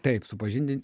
taip supažindint